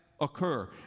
occur